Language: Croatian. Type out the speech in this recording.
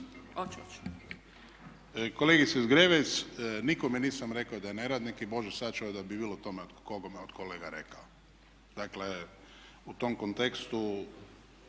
(HDZ)** Kolegice Zgrebec, nikome nisam rekao da je neradnik i bože sačuvaj da bi bilo kome od kolega rekao. Dakle u tom kontekstu